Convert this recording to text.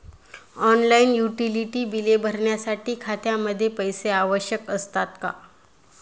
Online utility बिले भरण्यासाठी खात्यामध्ये पैसे आवश्यक असतात का?